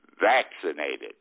vaccinated